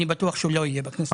אני בטוח שהוא לא יהיה בכנסת הבאה.